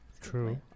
True